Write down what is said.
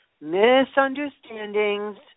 misunderstandings